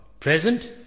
Present